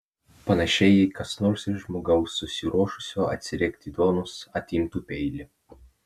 panašiai jei kas nors iš žmogaus susiruošusio atsiriekti duonos atimtų peilį